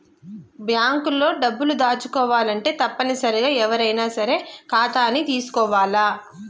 bank లో డబ్బులు దాచుకోవాలంటే తప్పనిసరిగా ఎవ్వరైనా సరే ఖాతాని తీసుకోవాల్ల